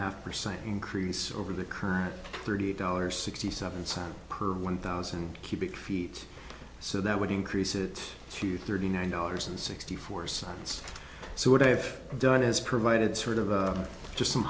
half percent increase over the current thirty dollars sixty seven cents per one thousand cubic feet so that would increase it to thirty nine dollars and sixty four sons so what i have done is provided sort of just some